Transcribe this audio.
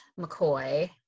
McCoy